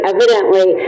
Evidently